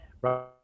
right